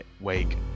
wake